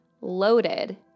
loaded